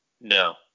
No